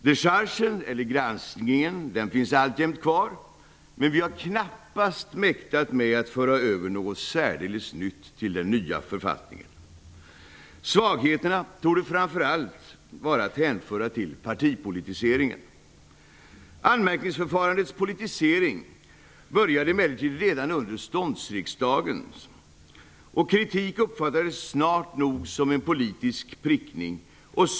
Dechargen eller granskningen finns alltjämt kvar, men vi har knappast mäktat med att föra över något särdeles nytt till den nya författningen. Svagheterna torde framför allt vara att hänföra till partipolitiseringen. Anmärkningsförfarandets politisering började emellertid redan under ståndsriksdagens tid. Kritik uppfattades snart nog som en politisk prickning.